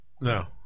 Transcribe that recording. No